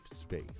space